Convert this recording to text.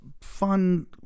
fun